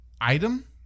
item